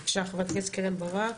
בבקשה, חה"כ קרן ברק.